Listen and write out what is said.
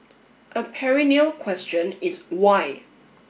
a perennial question is why